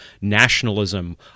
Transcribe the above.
nationalism